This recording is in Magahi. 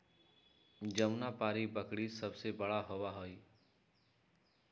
जमुनापारी बकरी सबसे बड़ा होबा हई